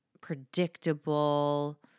predictable